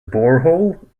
borehole